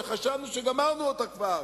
שחשבנו שגמרנו אותה כבר,